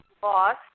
BOSS